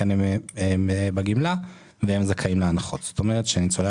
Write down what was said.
הם מקבלים סכום חודשי